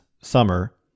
summer